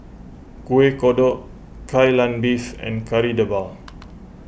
Kueh Kodok Kai Lan Beef and Kari Debal